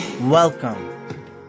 Welcome